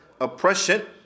oppression